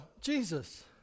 Jesus